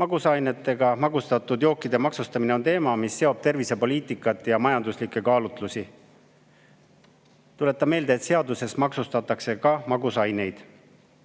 Magusainega magustatud jookide maksustamine on teema, mis seob tervisepoliitikat ja majanduslikke kaalutlusi. Tuletan meelde, et seaduses maksustatakse ka magusainet.